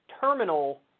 terminal